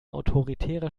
autoritäre